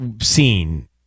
seen